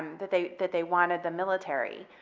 that they that they wanted the military,